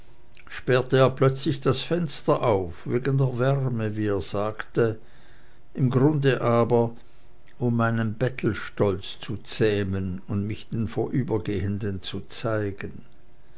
sperrte er plötzlich das fenster auf wegen der wärme wie er sagte im grunde aber um meinen bettelstolz zu zähmen und mich den vorübergehenden zu zeigen